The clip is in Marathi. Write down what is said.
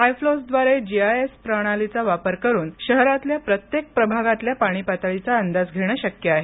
आयफ्लोजद्वारे जीआयएस प्रणालीचा वापर करुन शहरातल्या प्रत्येक प्रभागातल्या पाणीपातळीचा अंदाज घेणं शक्य आहे